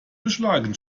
beschlagen